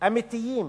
אמיתיים